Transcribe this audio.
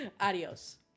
Adios